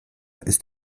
ist